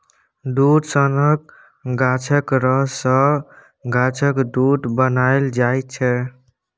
दुध सनक गाछक रस सँ गाछक दुध बनाएल जाइ छै